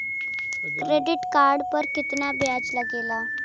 Credit card पर कितना ब्याज लगेला?